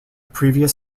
previous